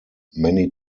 many